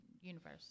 universe